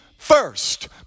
First